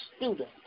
student